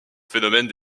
phénomène